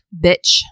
bitch